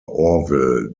orville